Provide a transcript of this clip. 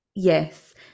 yes